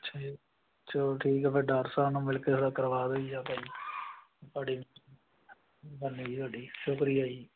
ਅੱਛਾ ਜੀ ਚਲੋ ਠੀਕ ਆ ਫਿਰ ਡਾਕਟਰ ਸਾਹਿਬ ਨੂੰ ਮਿਲ ਕੇ ਸਾਡਾ ਕਰਵਾ ਦਿਓ ਸ਼ੁਕਰੀਆ ਜੀ